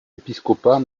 épiscopat